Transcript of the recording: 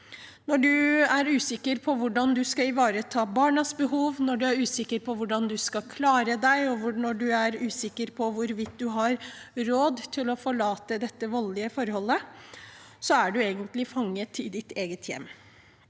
Når man er usikker på hvordan man skal ivareta barnas behov, når man er usikker på hvordan man skal klare seg, og når man er usikker på hvorvidt man har råd til å forlate dette voldelige forholdet, er man egentlig fanget i sitt eget hjem.